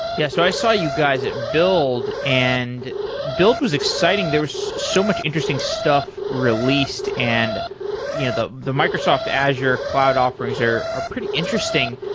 yeah so i saw you guys it build, and build was exciting. there's so much interesting stuff released and you know the the microsoft azure cloud offerings are a pretty interesting.